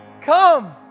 come